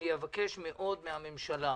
אני אבקש מאוד מהממשלה,